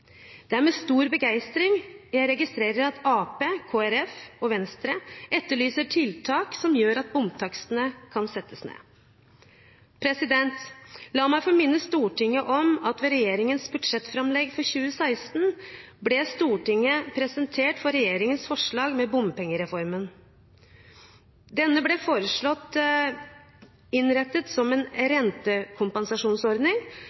Det er med stor begeistring jeg registrerer at Arbeiderpartiet, Kristelig Folkeparti og Venstre etterlyser tiltak som gjør at bomtakstene kan settes ned. La meg få minne Stortinget om at ved regjeringens budsjettframlegg for 2016 ble Stortinget presentert for regjeringens forslag med bompengereformen. Denne ble foreslått innrettet som en